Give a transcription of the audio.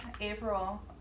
April